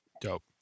Dope